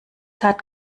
hat